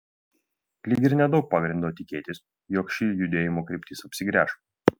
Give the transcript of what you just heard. lyg ir nedaug pagrindo tikėtis jog ši judėjimo kryptis apsigręš